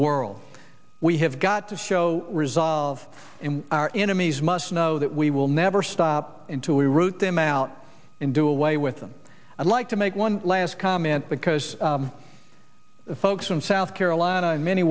world we have got to show resolve and our enemies must know that we will never stop in to root them out and do away with them i'd like to make one last comment because the folks in south carolina in many